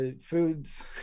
foods